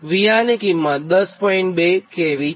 2 kV છે